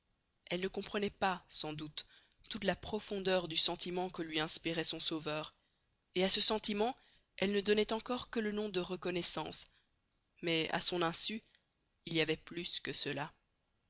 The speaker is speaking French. elle ne comprenait pas sans doute toute la profondeur du sentiment que lui inspirait son sauveur et à ce sentiment elle ne donnait encore que le nom de reconnaissance mais à son insu il y avait plus que cela